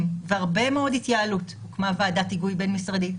והרבה מאוד התייעלות: הוקמה ועדת היגוי בין משרדית,